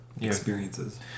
experiences